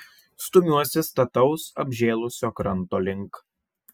stumiuosi stataus apžėlusio kranto link